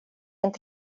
inte